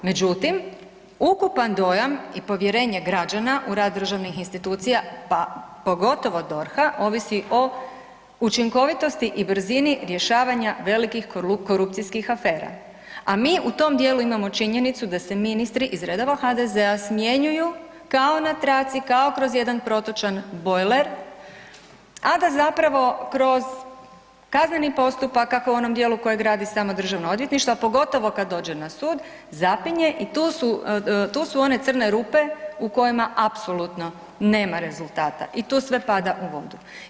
Međutim, ukupan dojam i povjerenje građana u rad državnih institucija pa pogotovo DORH-a ovisi o učinkovitosti i brzini rješavanja velikih korupcijskih afera, a mi u tom dijelu imamo činjenicu da se ministri iz redova HDZ-a smjenjuju kao na traci, kao kroz jedan protočan bojler, a da zapravo kroz kazneni postupak kako u onom dijelu kojeg radi samo Državno odvjetništvo, a pogotovo kad dođe na sud zapinje i tu, tu su one crne rupe u kojima apsolutno nema rezultata i tu sve pada u vodu.